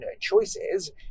choices